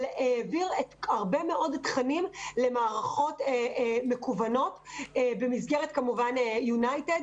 והעביר הרבה מאוד תכנים למערכות מקוונות במסגרת יונייטד.